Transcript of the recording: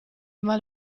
mal